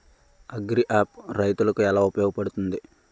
Agri app రైతులకి ఏలా ఉపయోగ పడుతుంది?